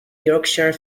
yorkshire